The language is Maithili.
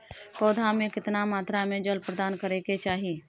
पौधा में केतना मात्रा में जल प्रदान करै के चाही?